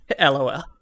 LOL